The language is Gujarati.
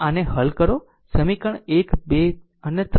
સમીકરણ 1 2 અને 3 અને v માટે v v1 4